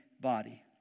body